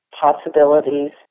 possibilities